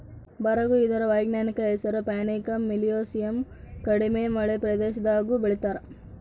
ಬರುಗು ಇದರ ವೈಜ್ಞಾನಿಕ ಹೆಸರು ಪ್ಯಾನಿಕಮ್ ಮಿಲಿಯೇಸಿಯಮ್ ಕಡಿಮೆ ಮಳೆ ಪ್ರದೇಶದಾಗೂ ಬೆಳೀತಾರ